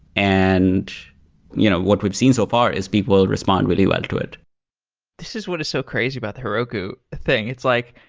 and you know what we've seen so far is people respond really well to it this is what is so crazy about the heroku thing. it's like,